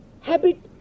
habit